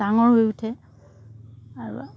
ডাঙৰ হৈ উঠে আৰু